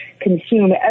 consume